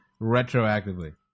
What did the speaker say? retroactively